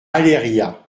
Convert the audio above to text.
aléria